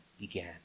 began